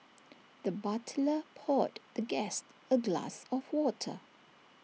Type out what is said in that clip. the butler poured the guest A glass of water